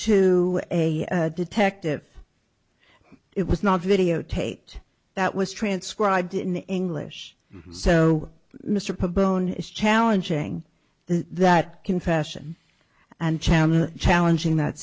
to a detective it was not videotaped that was transcribed in english so mr boehner is challenging that confession and chamar challenging that